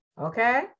okay